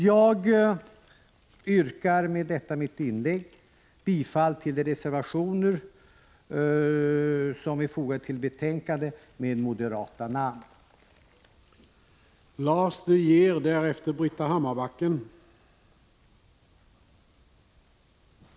Jag yrkar med detta mitt inlägg bifall till de till betänkandet fogade reservationerna med moderata namnunderskrifter.